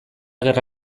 gerra